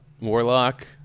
warlock